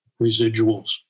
residuals